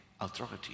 authority